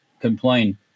complain